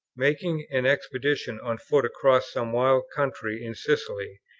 making an expedition on foot across some wild country in sicily,